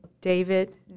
david